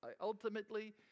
ultimately